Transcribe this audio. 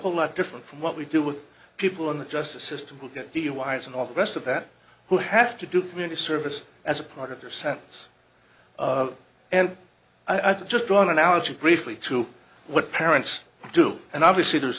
whole lot different from what we do with people in the justice system will get duis and all the rest of that who have to do community service as a part of their sentence and i just draw an analogy briefly to what parents do and obviously there's